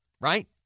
Right